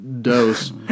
dose